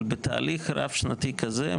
אבל בתהליך רב-שנתי כזה,